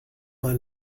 mal